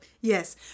Yes